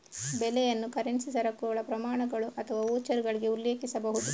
ಬೆಲೆಯನ್ನು ಕರೆನ್ಸಿ, ಸರಕುಗಳ ಪ್ರಮಾಣಗಳು ಅಥವಾ ವೋಚರ್ಗಳಿಗೆ ಉಲ್ಲೇಖಿಸಬಹುದು